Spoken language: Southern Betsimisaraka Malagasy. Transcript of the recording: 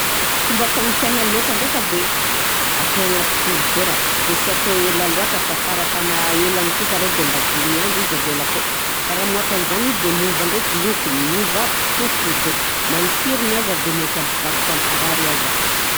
Fomba fagnompiana laoka ndraika de atao agnaty frizidera de sy atao ela loatra fa fara fahama- elany kosa rô de mba dimy andro izy avela akô fa raha mihoatran'zany de miova ndraiky lokony, miova aby fofony de na ny sirony aza mivadika amparary aza.